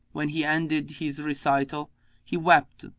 when he ended his recital he wept,